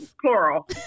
Plural